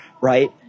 right